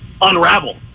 unravel